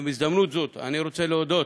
בהזדמנות זאת אני רוצה להודות